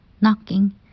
knocking